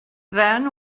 then